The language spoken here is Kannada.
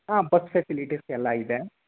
ಹಾಂ ಬಸ್ ಫೆಸಿಲಿಟೀಸ್ ಎಲ್ಲ ಇದೆ